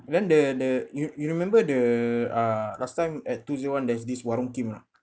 then the the you you remember the uh last time at two zero one there's this warong kim or not